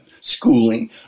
schooling